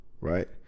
right